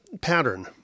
pattern